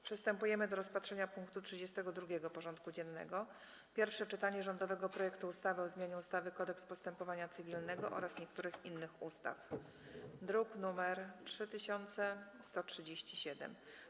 Przystępujemy do rozpatrzenia punktu 32. porządku dziennego: Pierwsze czytanie rządowego projektu ustawy o zmianie ustawy Kodeks postępowania cywilnego oraz niektórych innych ustaw (druk nr 3137)